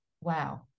wow